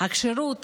הכשירות,